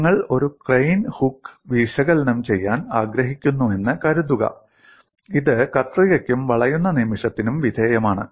നിങ്ങൾ ഒരു crane hook വിശകലനം ചെയ്യാൻ ആഗ്രഹിക്കുന്നുവെന്ന് കരുതുക ഇത് കത്രികയ്ക്കും വളയുന്ന നിമിഷത്തിനും വിധേയമാണ്